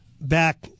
back